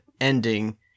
ending